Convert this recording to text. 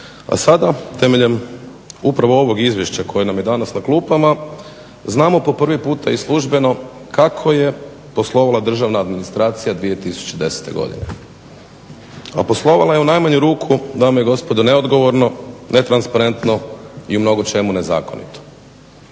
A sada temeljem upravo ovog izvješća koje nam je danas na klupama znamo po prvi puta i službeno kako je poslovala državna administracija 2010. godine. A poslovala je u najmanju ruku, dame i gospodo, neodgovorno, netransparentno i u mnogočemu nezakonito.